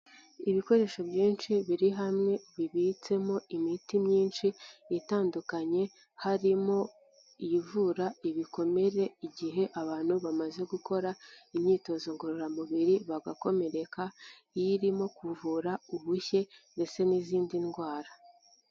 Ibikoresho binshi biri hamwe bibitsemo imiti myinshi itandukanye, harimo ivura ibikomere igihe abantu bameze imyitozo ngororamubiri bagakomereka, iy'irimo kuvura ubushye ndetse n'izindi ndwara.